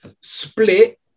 split